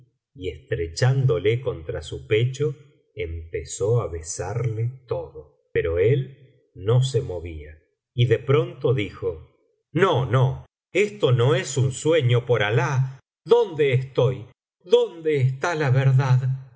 y estrechándole contra su pecho empezó á besarle todo pero él no se movía y de pronto dijo no no esto no es un sueño por alah dónde estoy dónele está la verdad